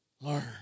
learn